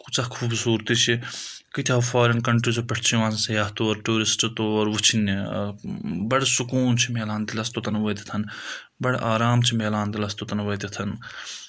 کۭژاہ خوٗبصوٗرتی چھِ کۭتیاہ فارِن کَنٹریٖزو پؠٹھ چھِ یِوان سیاح طور ٹیوٗرِسٹ تور وٕچھنہِ بَڑٕ سکوٗن چھِ میلان دِلَس توتَن وٲتِتھ بَڑٕ آرام چھِ میلان دِلَس توتَن وٲتِتھ